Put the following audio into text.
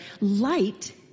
light